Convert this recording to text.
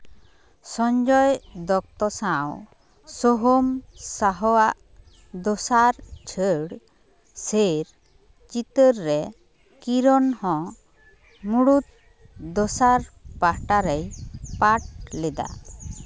ᱥᱚᱧᱡᱚᱭ ᱫᱚᱠᱛᱛᱚ ᱥᱟᱶ ᱥᱳᱦᱚᱢ ᱥᱟᱦᱚ ᱟᱜ ᱫᱚᱥᱟᱨ ᱪᱷᱟᱹᱲ ᱥᱮᱨ ᱪᱤᱛᱟᱹᱨ ᱨᱮ ᱠᱤᱨᱚᱱ ᱦᱚᱸ ᱢᱩᱬᱩᱫ ᱫᱚᱥᱟᱨ ᱯᱟᱦᱴᱟ ᱨᱮᱭ ᱯᱟᱴᱷ ᱞᱮᱫᱟ